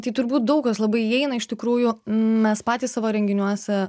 tai turbūt daug kas labai įeina iš tikrųjų mes patys savo renginiuose